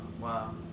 Wow